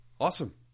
Awesome